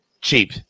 cheap